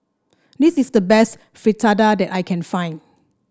this is the best Fritada that I can find